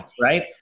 Right